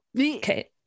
Okay